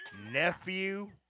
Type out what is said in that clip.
nephew